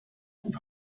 und